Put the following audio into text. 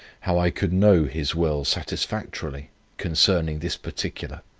how i could know his will satisfactorily concerning this particular.